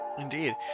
Indeed